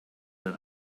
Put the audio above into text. and